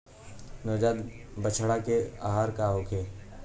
नवजात बछड़ा के आहार का होखे?